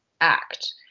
act